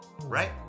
right